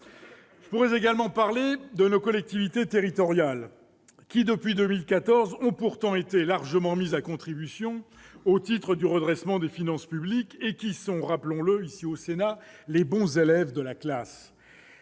Je pourrais également parler de nos collectivités territoriales, qui depuis 2014 ont été largement mises à contribution au titre du redressement des finances publiques et qui sont- rappelons-le ici, au Sénat -les bons élèves de la classe.